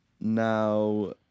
now